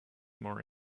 more